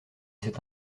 c’est